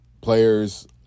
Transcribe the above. players